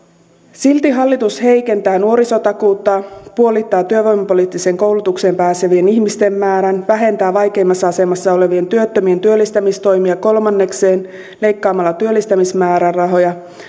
silti hallitus heikentää nuorisotakuuta puolittaa työvoimapoliittiseen koulutukseen pääsevien ihmisten määrän vähentää vaikeimmassa asemassa olevien työttömien työllistämistoimia kolmannekseen leikkaamalla työllistämismäärärahoja